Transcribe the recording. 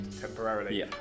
temporarily